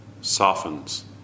softens